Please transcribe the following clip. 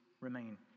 remain